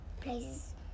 places